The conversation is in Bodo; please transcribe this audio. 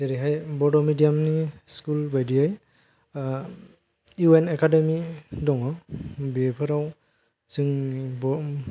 जेरैहाय बड' मेडियाम नि स्कुल बायदियै इउएन एकादेमि दङ बेफोराव जोंनि बर'